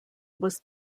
was